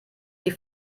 die